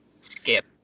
Skip